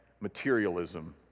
materialism